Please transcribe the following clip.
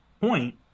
point